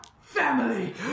family